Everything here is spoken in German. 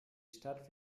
stadt